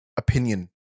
opinion